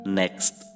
next